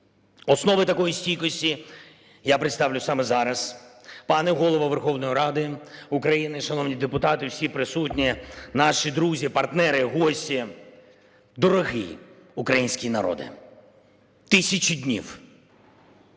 Основи такої стійкості я представлю саме зараз. Пане Голово Верховної Ради України, шановні депутати, всі присутні, наші друзі, партнери, гості, дорогий український народе! 1000 днів!